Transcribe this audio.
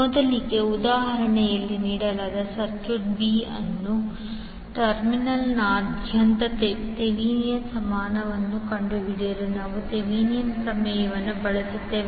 ಮೊದಲಿಗೆ ಉದಾಹರಣೆಯಲ್ಲಿ ನೀಡಲಾದ ಸರ್ಕ್ಯೂಟ್ನ b ಅನ್ನು ಟರ್ಮಿನಲ್ನಾದ್ಯಂತ ಥೆವೆನಿನ್ ಸಮಾನವನ್ನು ಕಂಡುಹಿಡಿಯಲು ನಾವು ಥೆವೆನಿನ್ ಪ್ರಮೇಯವನ್ನು ಬಳಸುತ್ತೇವೆ